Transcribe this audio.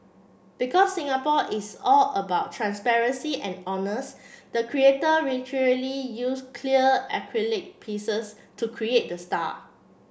because Singapore is all about transparency and honest the creator literally use clear acrylic pieces to create the star